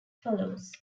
follows